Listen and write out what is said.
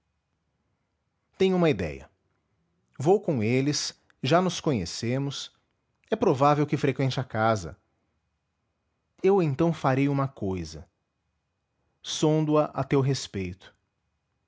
tenho uma idéia vou com eles já nos conhecemos é provável que freqüente a casa eu então farei uma cousa sondo a a teu respeito